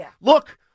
Look